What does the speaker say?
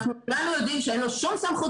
אנחנו כולנו יודעים שאין לו שום סמכות